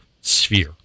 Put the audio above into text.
sphere